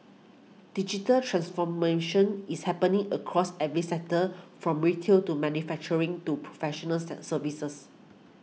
digital transformation is happening across every sector from retail to manufacturing to professional services